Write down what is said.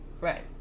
Right